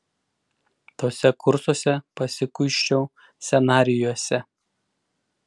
tuose kursuose pasikuičiau scenarijuose